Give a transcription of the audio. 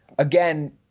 again